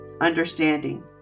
understanding